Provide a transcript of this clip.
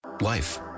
Life